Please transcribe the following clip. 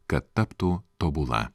kad taptų tobula